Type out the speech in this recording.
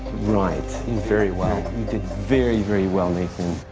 right? and very well, you did very, very well nathan.